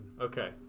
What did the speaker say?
Okay